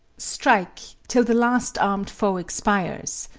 strike till the last armed foe expires,